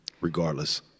regardless